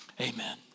Amen